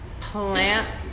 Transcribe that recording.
plant